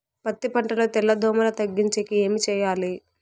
పత్తి పంటలో తెల్ల దోమల తగ్గించేకి ఏమి చేయాలి?